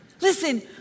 Listen